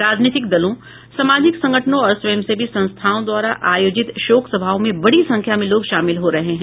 राजनीतिक दलों सामाजिक संगठनों और स्वयंसेवी संस्थाओं द्वारा आयोजित शोक सभाओं में बड़ी संख्या में लोग शामिल हो रहे हैं